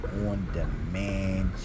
on-demand